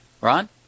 Ron